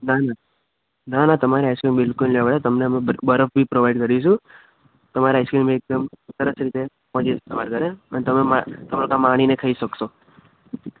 done ના ના તમારે આઇસક્રીમ બિલકુલ નહીં ઓગળે તમને અમે બરફ બી પ્રોવાઇડ કરીશું તમારે આઇસક્રીમ એકદમ સરસ રીતે પહોંચી જશે તમારે ઘરે અને તમે મા તમે બધા માણીને ખાઈ શકશો